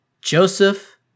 joseph